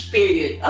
Period